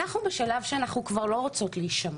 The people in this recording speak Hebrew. אנחנו בשלב שאנחנו כבר לא רוצות להישמע,